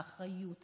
באחריות,